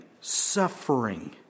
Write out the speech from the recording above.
Suffering